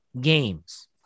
games